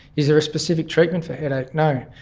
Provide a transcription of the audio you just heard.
is there a specific treatment for headache? no.